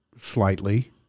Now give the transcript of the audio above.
slightly